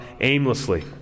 aimlessly